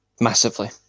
massively